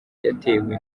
yatewe